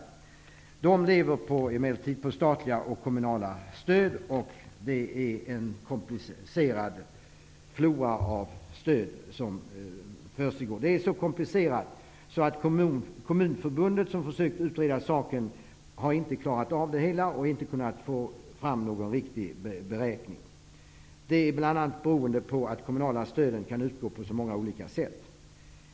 Folkets hus-föreningarna lever emellertid på statliga och kommunala stöd. Det rör sig om en komplicerad flora av stöd. Det är så komplicerat att Kommunförbundet inte klarade av att utreda frågan och få fram en riktig beräkning. Det beror bl.a. på att det kommunala stödet kan utgå på så många olika sätt.